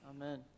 Amen